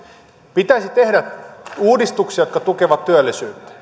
pitäisi tehdä uudistuksia jotka tukevat työllisyyttä